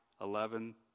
eleven